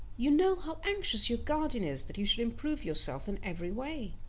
you know how anxious your guardian is that you should improve yourself in every way.